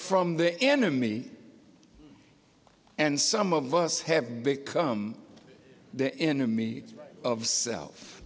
the enemy and some of us have become the enemy of self